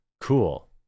cool